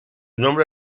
nombre